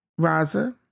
Raza